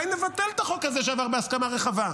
אולי נבטל את החוק הזה, שעבר בהסכמה רחבה,